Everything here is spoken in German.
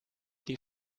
die